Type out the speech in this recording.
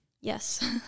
yes